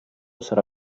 sarà